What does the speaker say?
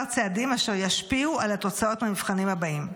צעדים שישפיעו על התוצאות במבחנים הבאים.